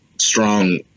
strong